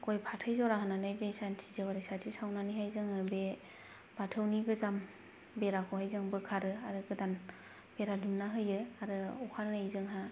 गय फाथै जरा होनानै दै शांति जेवारि साखि सावनानैहाय जोंङो बे बाथौनि गोजाम बेराखौहाय जों बोखारो आरो गोदान बेरा दुमना होयो आरो अखा नायै जोंहा